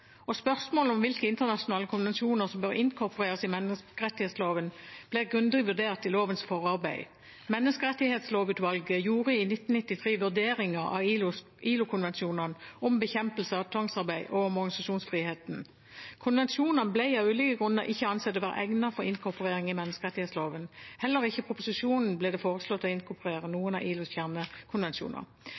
Spørsmålet om hvilke internasjonale konvensjoner som bør inkorporeres i menneskerettsloven, ble grundig vurdert i lovens forarbeid. Menneskerettighetslovutvalget gjorde i 1993 vurderinger av ILO-konvensjonene om bekjempelse av tvangsarbeid og om organisasjonsfrihet. Konvensjonene ble av ulike grunner ikke ansett å være egnet for inkorporering i menneskerettsloven. Heller ikke i proposisjonen ble det foreslått å inkorporere noen av ILOs kjernekonvensjoner.